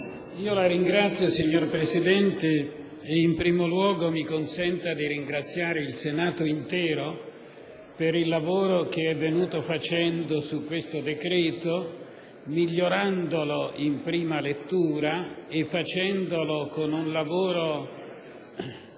La ringrazio, signor Presidente, e in primo luogo mi consenta di ringraziare il Senato intero per il lavoro che è venuto svolgendo su questo decreto, migliorandolo in prima lettura e facendolo, per